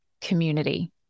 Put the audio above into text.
community